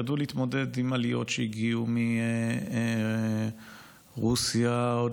ידעו להתמודד עם עליות שהגיעו מרוסיה עוד